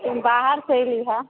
हम बाहरसँ अयली हए